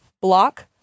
Block